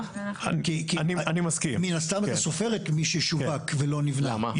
כי מן הסתם אתה סופר את מי ששווק ולא נבנה.